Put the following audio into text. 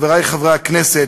חברי חברי הכנסת,